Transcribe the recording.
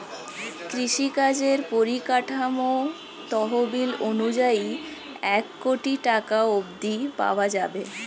কৃষিকাজের পরিকাঠামো তহবিল অনুযায়ী এক কোটি টাকা অব্ধি পাওয়া যাবে